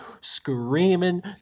screaming